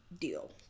deal